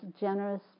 generous